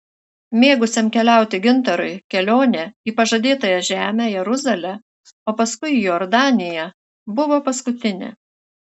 mėgusiam keliauti gintarui kelionė į pažadėtąją žemę jeruzalę o paskui į jordaniją buvo paskutinė